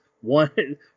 one